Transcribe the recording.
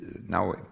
now